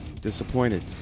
disappointed